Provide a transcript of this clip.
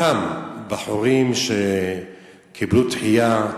אותם בחורים שקיבלו דחייה,